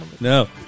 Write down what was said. No